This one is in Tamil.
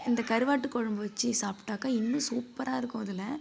இந்தக் கருவாட்டுக் குழம்பு வச்சு சாப்பிட்டாக்கா இன்னும் சூப்பராக இருக்கும் அதில்